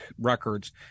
records